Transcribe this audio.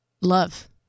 love